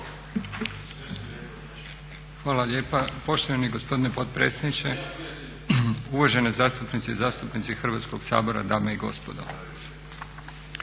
Hvala lijepa poštovani gospodine potpredsjedniče, uvažene zastupnice i zastupnici Hrvatskoga sabora, dame i gospodo.